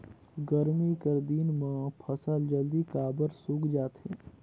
गरमी कर दिन म फसल जल्दी काबर सूख जाथे?